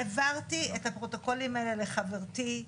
והעברתי את הפרוטוקולים האלה לחברתי,